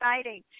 exciting